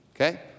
okay